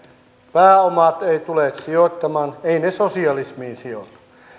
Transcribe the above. pääomat tule sijoittamaan eivät ne sosialismiin sijoita